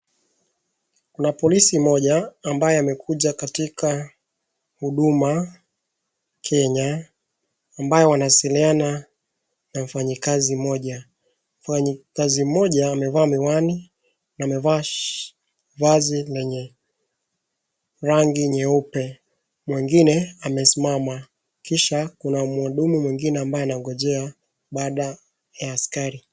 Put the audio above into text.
Kuna polisi mmoja, ambaye amekuja katika huduma Kenya, ambaye wanawasiliana na mfanyikazi mmoja. Mfanyikazi mmoja amevaa miwani na amevaa vazi lenye rangi nyeupe, mwingine amesimama, kisha kuna mhudumu mwingine ambaye anangojea baada ya askari.